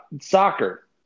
soccer